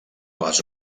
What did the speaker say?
les